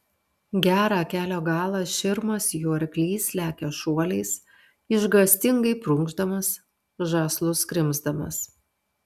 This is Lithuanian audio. gerą kelio galą širmas jų arklys lekia šuoliais išgąstingai prunkšdamas žąslus krimsdamas